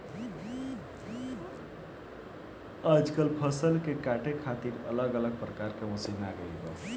आजकल फसल के काटे खातिर अलग अलग प्रकार के मशीन आ गईल बा